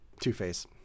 Two-Face